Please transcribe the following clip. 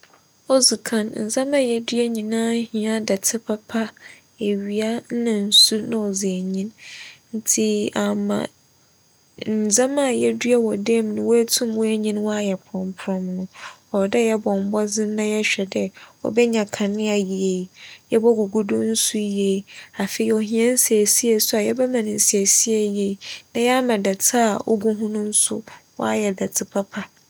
Odzi kan ndzɛmba yedua nyinaaa hia dɛtse papa, ewia na nsu na ͻdze enyin ntsi ama ndzɛmba yedua wͻ dan mu etum enyin ayɛ prͻmprͻm no, ͻwͻ dɛ yɛbͻ mbͻdzen na yɛhwɛ dɛ obenya kanea yie, yebogugu do nsu yie, afei ohia nsiesie so a yɛbɛma no nsiesie yie na yɛama dɛtse a ogu ho no so ayɛ dɛtse papa